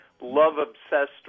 love-obsessed